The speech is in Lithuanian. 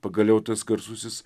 pagaliau tas garsusis